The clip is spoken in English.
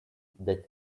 that